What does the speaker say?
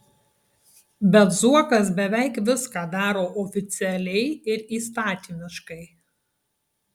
bet zuokas beveik viską daro oficialiai ir įstatymiškai